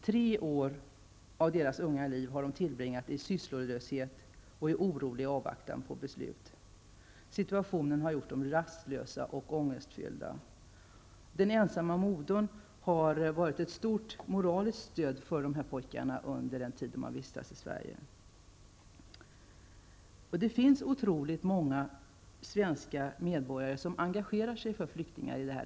Tre år av sina unga liv har de tillbringat i sysslolöshet och i orolig avvaktan på beslut. Situationen har gjort dem rastlösa och ångestfyllda. Den ensamstående modern har varit ett stort moraliskt stöd för dessa pojkar under den tid de har vistats i Sverige. Jag tog de här två exemplen för att visa på några som har gjort insatser.